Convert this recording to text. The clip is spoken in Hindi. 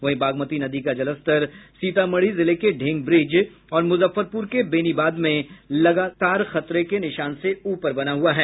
वहीं बागमती नदी का जलस्तर सीतामढ़ी जिले के ढेंगब्रिज और मुजफ्फरपूर के बेनीवाद में लगतार खतरे के निशान से उपर बना हुआ है